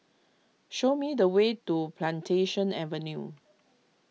show me the way to Plantation Avenue